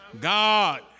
God